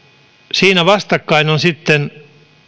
siinä vastakkain ovat sitten